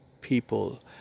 people